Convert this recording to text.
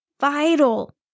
vital